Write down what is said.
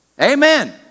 Amen